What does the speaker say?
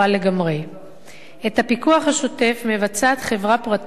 את הפיקוח השוטף מבצעת חברה פרטית שנבחרה במכרז,